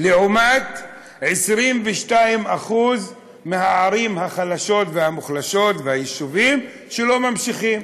לעומת 22% מהערים החלשות והמוחלשות והיישובים שלא ממשיכים.